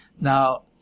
Now